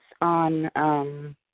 on